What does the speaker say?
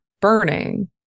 burning